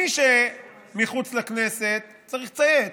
מי שמחוץ לכנסת צריך לצייץ.